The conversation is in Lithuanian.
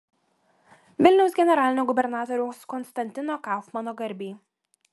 vilniaus generalinio gubernatoriaus konstantino kaufmano garbei